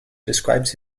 describes